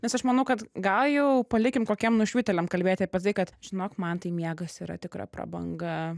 nes aš manau kad gal jau palikim kokiam nušviteliam kalbėti apie tai kad žinok mantai miegas yra tikra prabanga